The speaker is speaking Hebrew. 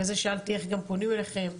לכן שאלתי איך פונים אליכם.